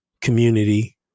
community